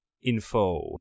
info